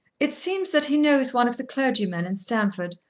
it seems that he knows one of the clergymen in stamford,